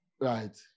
Right